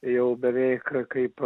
jau beveik kaip